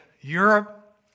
Europe